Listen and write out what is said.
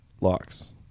locks